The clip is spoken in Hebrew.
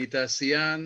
אני תעשיין,